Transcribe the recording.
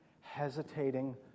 hesitating